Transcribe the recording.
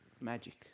magic